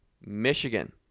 Michigan